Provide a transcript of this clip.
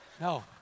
No